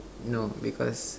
no because